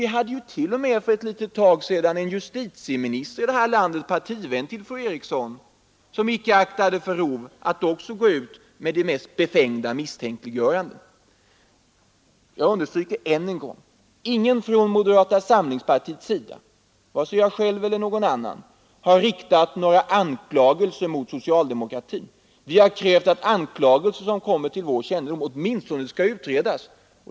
Vi har t.o.m. en justitieminister i det här landet, partivän till fru Eriksson, som för en tid sedan icke aktade för rov att också gå ut med de mest befängda misstänkliggöranden. Jag understryker än en gång: Ingen från moderata samlingspartiet vare sig jag själv eller någon annan har riktat några anklagelser mot socialdemokratin. Men vi har krävt att anklagelser som kommit till vår kännedom skall utredas.